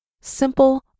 simple